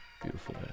beautiful